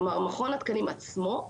כלומר, מכון התקנים עצמו,